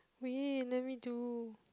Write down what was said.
wait let me do